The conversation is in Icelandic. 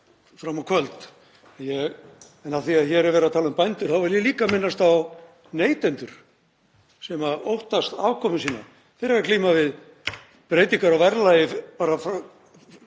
fram á kvöld. En af því að hér er verið að tala um bændur þá vil ég líka minnast á neytendur sem óttast um afkomu sína. Þeir eru að glíma við breytingar á verðlagi á